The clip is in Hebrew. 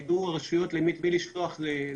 אמרתי שהרשויות יידעו את מי לשלוח לאכסניות.